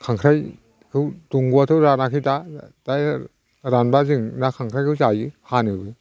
खांख्रायखौ दंग'आथ' रानाखै दा दा रानोबा जों ना खांख्रायखौ जायो फानोबो